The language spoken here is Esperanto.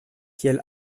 kiel